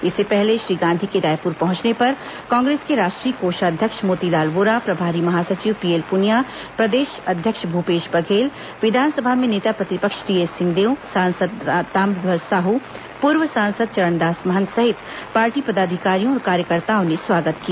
इससे पहले श्री गांधी के रायपूर पहुंचने पर कांग्रेस के राष्ट्रीय कोषाध्यक्ष मोतीलाल वोरा प्रभारी महासचिव पीएल पुनिया प्रदेश अध्यक्ष भूपेश बघेलविधानसभा में नेता प्रतिपक्ष टीएस सिंहदेव सांसद ताम्रध्यज साहू पूर्व सांसद चरणदास महंत सहित पाटी पदाधिकारियों और कार्यकर्ताओं ने स्वागत किया